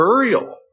burial